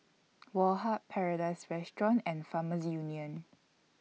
Woh Hup Paradise Restaurant and Farmers Union